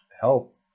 help